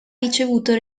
ricevuto